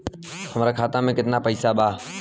हमार खाता में केतना पैसा बा?